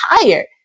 tired